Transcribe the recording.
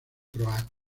croata